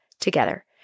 together